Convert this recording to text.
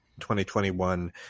2021